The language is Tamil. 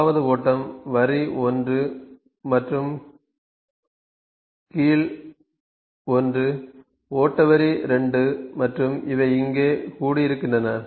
முதலாவது ஓட்டம் வரி 1 மற்றும் கீழ் ஒன்று ஓட்ட வரி 2 மற்றும் இவை இங்கே கூடியிருக்கின்றன